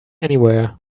anywhere